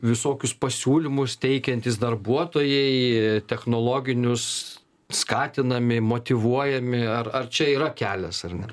visokius pasiūlymus teikiantys darbuotojai technologinius skatinami motyvuojami ar ar čia yra kelias ar ne